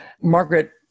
Margaret